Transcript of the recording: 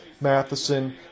Matheson